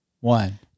one